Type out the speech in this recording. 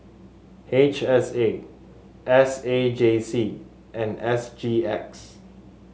H S A S A J C and S G X